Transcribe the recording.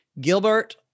Gilbert